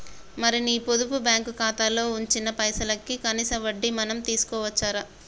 మరి నీ పొదుపు బ్యాంకు ఖాతాలో ఉంచిన పైసలకి కనీస వడ్డీ మనం తీసుకోవచ్చు రా